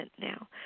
now